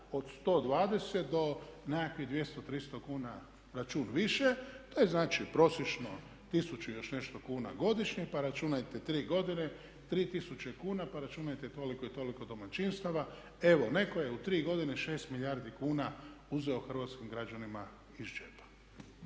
od 120 do nekakvih 200, 300 kuna račun više. To je znači prosječno 1000 i još nešto kuna godišnje. Pa računajte 3 godine, 3000 kuna. Pa računajte toliko i toliko domaćinstava. Evo, netko je u 3 godine 6 milijardi kuna uzeo hrvatskim građanima iz džepa.